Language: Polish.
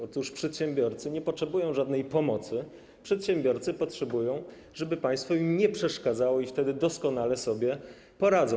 Otóż przedsiębiorcy nie potrzebują żadnej pomocy, przedsiębiorcy potrzebują tego, żeby państwo im nie przeszkadzało, i wtedy doskonale sobie poradzą.